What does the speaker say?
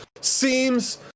seems